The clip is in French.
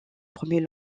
premier